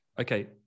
Okay